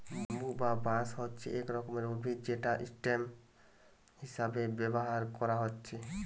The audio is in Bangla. ব্যাম্বু বা বাঁশ হচ্ছে এক রকমের উদ্ভিদ যেটা স্টেম হিসাবে ব্যাভার কোরা হচ্ছে